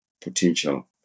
potential